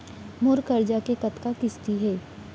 मोर करजा के कतका किस्ती हे?